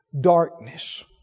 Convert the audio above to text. Darkness